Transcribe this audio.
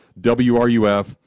WRUF